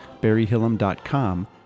barryhillam.com